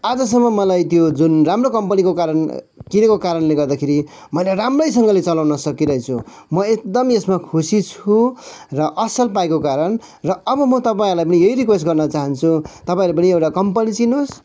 आजसम्म मलाई त्यो जुन राम्रो कम्पनीको कारण किनेको कारणले गर्दाखेरि मैले राम्रैसँगले चलाउन सकिरहेछु म एकदम यसमा खुसी छु र असल पाएको कारण र अब म तपाईँहरूलाई पनि यही रिक्वेस्ट गर्न चाहन्छु तपाईँहरूले पनि एउटा कम्पनी चिन्नुहोस्